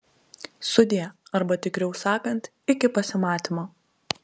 sudie arba tikriau sakant iki pasimatymo